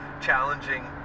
challenging